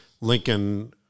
Lincoln